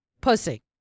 pussy